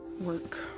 work